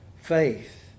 faith